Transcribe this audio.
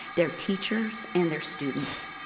their teachers and their students.